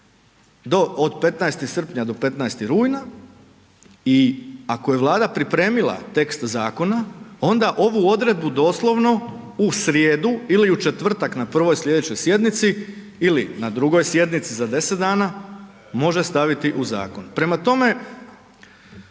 od 15. srpnja do 15. rujna i ako je vlada pripremila tekst zakona onda ovu odredbu doslovno u srijedu ili u četvrtak na prvoj slijedećoj sjednici ili na drugoj sjednici za 10 dana može staviti u zakon. Prema tome,